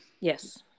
Yes